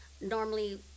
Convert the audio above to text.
normally